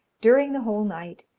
during the whole night,